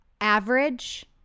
Average